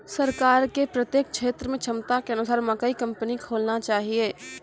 सरकार के प्रत्येक क्षेत्र मे क्षमता के अनुसार मकई कंपनी खोलना चाहिए?